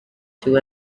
two